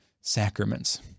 sacraments